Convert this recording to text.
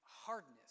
Hardness